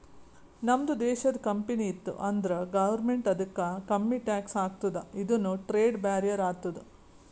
ನಮ್ದು ದೇಶದು ಕಂಪನಿ ಇತ್ತು ಅಂದುರ್ ಗೌರ್ಮೆಂಟ್ ಅದುಕ್ಕ ಕಮ್ಮಿ ಟ್ಯಾಕ್ಸ್ ಹಾಕ್ತುದ ಇದುನು ಟ್ರೇಡ್ ಬ್ಯಾರಿಯರ್ ಆತ್ತುದ